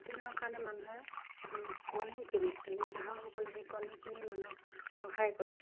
প্ৰ'টিনৰ কাৰণে মানুহে কণীও কিনে আজি গ্ৰাহকসকলে সেই কণী কিনি মানুহক সহায় কৰে